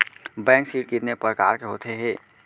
Bank ऋण कितने परकार के होथे ए?